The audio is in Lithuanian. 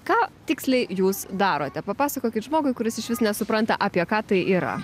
ką tiksliai jūs darote papasakokit žmogui kuris išvis nesupranta apie ką tai yra